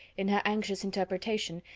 in her anxious interpretation,